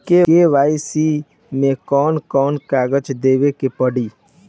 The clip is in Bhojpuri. के.वाइ.सी मे कौन कौन कागज देवे के पड़ी?